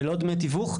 ללא דמי תיווך,